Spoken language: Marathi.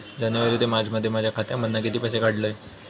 जानेवारी ते मार्चमध्ये माझ्या खात्यामधना किती पैसे काढलय?